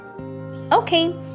Okay